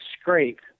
scrape